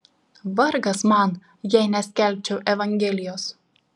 vargas man jei neskelbčiau evangelijos